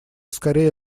скорее